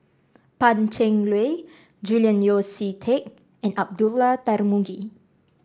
Pan Cheng Lui Julian Yeo See Teck and Abdullah Tarmugi